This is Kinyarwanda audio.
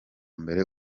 mbere